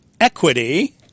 equity